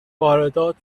واردات